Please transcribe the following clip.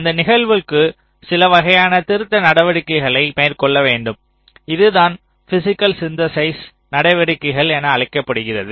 அந்த நிகழ்வுகளுக்கு சில வகையான திருத்த நடவடிக்கைகளை மேற்கொள்ள வேண்டும் இதுதான்பிஸிக்கல் சிந்தேசிஸ் நடவடிக்கைகள் என்று அழைக்கப்படுகிறது